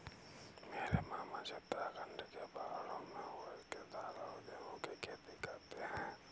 मेरे मामाजी उत्तराखंड के पहाड़ों में उड़द के दाल और गेहूं की खेती करते हैं